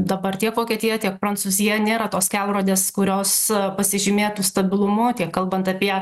dabar tiek vokietija tiek prancūzija nėra tos kelrodės kurios pasižymėtų stabilumu tiek kalbant apie